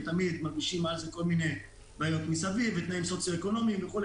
ותמיד מלבישים על זה כל מיני בעיות מסביב ותנאים סוציואקונומיים וכו',